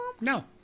No